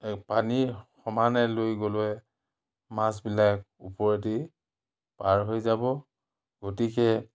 পানীৰ সমানে লৈ গ'লে মাছবিলাক ওপৰেদি পাৰ হৈ যাব গতিকে